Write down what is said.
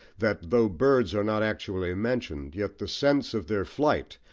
that, though birds are not actually mentioned, yet the sense of their flight,